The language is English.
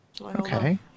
okay